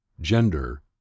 gender